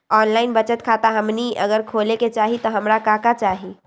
Online बचत खाता हमनी अगर खोले के चाहि त हमरा का का चाहि?